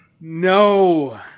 No